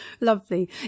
lovely